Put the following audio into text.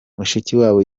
mushikiwabo